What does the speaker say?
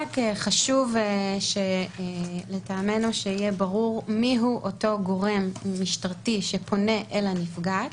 חשוב מטעמנו שיהיה ברור מי הוא אותו גורם משטרתי שפונה אל הנפגעת,